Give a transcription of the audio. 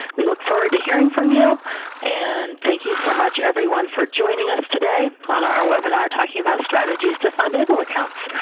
we look forward to hearing from you and thank you so much, everyone, for joining us today on our webinar talking about strategies to fund able accounts.